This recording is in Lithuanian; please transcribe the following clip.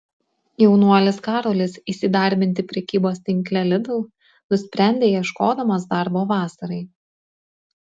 jaunuolis karolis įsidarbinti prekybos tinkle lidl nusprendė ieškodamas darbo vasarai